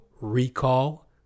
recall